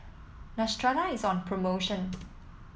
Neostrata is on promotion